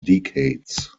decades